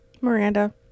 Miranda